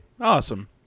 awesome